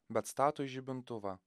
bet stato žibintuvą